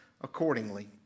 accordingly